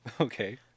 Okay